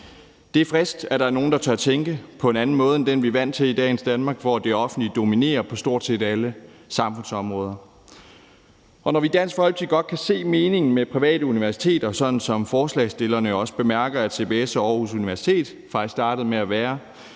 Det er frisk, at der er nogle, der tør tænke på en anden måde end den, vi er vant til i dagens Danmark, hvor det offentlige dominerer på stort set alle samfundsområder, og når vi i Dansk Folkeparti godt kan se meningen med private universiteter, sådan som forslagsstillerne også bemærker at CBS og Aarhus Universitet faktisk startede med at være,